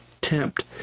tempt